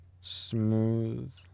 Smooth